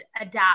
adapt